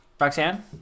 Roxanne